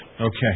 Okay